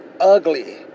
ugly